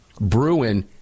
Bruin